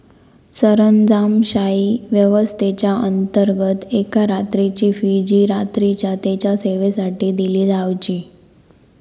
सरंजामशाही व्यवस्थेच्याअंतर्गत एका रात्रीची फी जी रात्रीच्या तेच्या सेवेसाठी दिली जावची